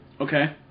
Okay